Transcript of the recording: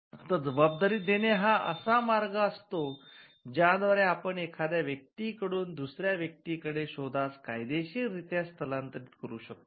आता जबाबदारी देणे हा असा मार्ग असतो ज्याद्वारे आपण एखाद्या व्यक्तीकडून दुसर्या व्यक्तीकडे शोधास कायदेशीर रित्या स्थलांतरित करू शकतो